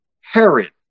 Herod